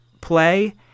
play